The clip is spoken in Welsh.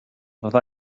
fydda